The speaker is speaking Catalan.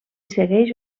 segueix